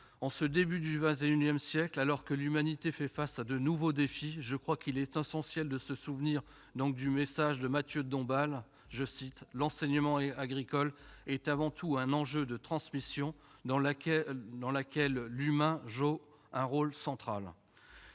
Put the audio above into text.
Au début du XXI siècle, alors que l'humanité fait face à de nouveaux défis, il est essentiel de nous souvenir du message de Mathieu de Dombasle : l'enseignement agricole est avant tout un enjeu de transmission, dans lequel l'humain joue un rôle central.